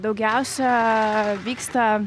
daugiausia vyksta